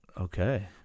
Okay